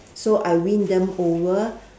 so I win them over